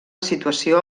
situació